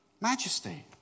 Majesty